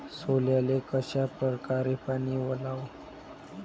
सोल्याले कशा परकारे पानी वलाव?